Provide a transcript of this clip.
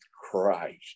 christ